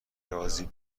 رازی